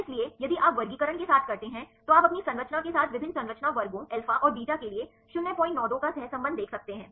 इसलिए यदि आप वर्गीकरण के साथ करते हैं तो आप अपनी संरचना के साथ विभिन्न संरचना वर्गों अल्फा और बीटा के लिए 092 का सहसंबंध देख सकते हैं